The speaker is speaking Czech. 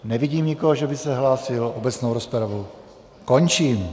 Nevidím nikoho, že by se hlásil, obecnou rozpravu končím.